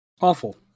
Awful